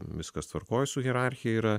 viskas tvarkoj su hierarchija yra